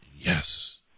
Yes